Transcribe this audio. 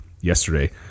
yesterday